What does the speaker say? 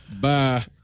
bye